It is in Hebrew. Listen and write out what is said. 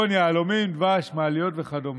יהלומים, דבש, מעליות וכדומה.